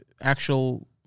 actual